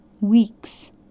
weeks